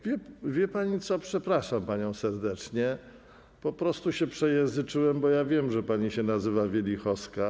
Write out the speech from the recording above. Wie pani co, przepraszam panią serdecznie, po prostu się przejęzyczyłem, bo ja wiem, że pani się nazywa Wielichowska.